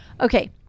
okay